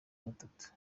gatatu